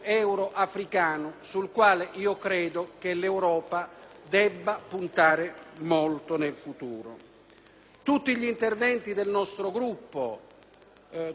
Tutti gli interventi del nostro Gruppo, così densi di argomenti, partivano comunque da un dato fondamentale: